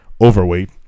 overweight